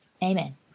Amen